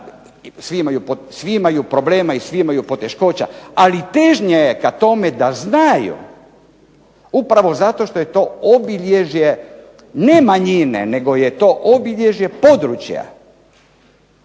svi imaju problema i svi imaju poteškoća, ali težnja je ka tome da znaju upravo zato što je to obilježje ne manjine, nego je to obilježje područja